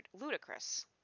ludicrous